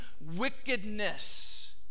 wickedness